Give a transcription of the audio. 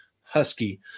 husky